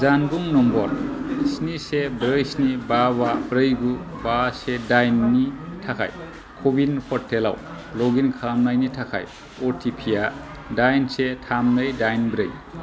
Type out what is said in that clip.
जानबुं नम्बर स्नि से ब्रै स्नि बा बा ब्रै गु बा से दाइननि थाखाय कविन पर्टेलाव लगइन खालामनायनि थाखाय अटिपि आ दाइन से थाम नै दाइन ब्रै